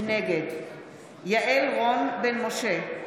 נגד יעל רון בן משה,